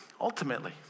Ultimately